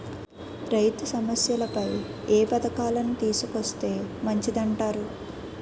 రైతు సమస్యలపై ఏ పథకాలను తీసుకొస్తే మంచిదంటారు?